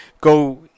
go